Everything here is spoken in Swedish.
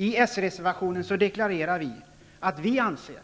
I reservationen deklarerar vi att vi anser